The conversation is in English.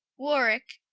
warwicke,